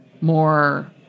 more